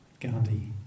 Gandhi